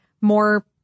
more